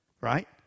right